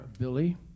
Billy